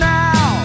now